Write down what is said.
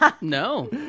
No